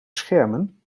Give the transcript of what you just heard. schermen